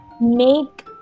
make